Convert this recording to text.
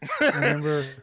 Remember